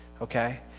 okay